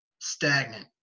stagnant